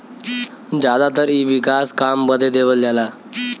जादातर इ विकास काम बदे देवल जाला